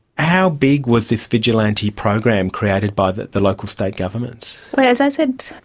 how big was this vigilante program created by the the local state government? well, as i said,